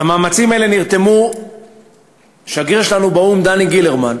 למאמצים האלה נרתמו השגריר שלנו באו"ם דני גילרמן,